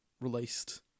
released